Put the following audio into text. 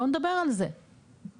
בואו נדבר על זה, כן.